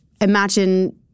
imagine